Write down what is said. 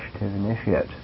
initiative